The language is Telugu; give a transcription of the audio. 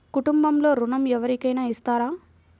కుటుంబంలో ఋణం ఎవరికైనా ఇస్తారా?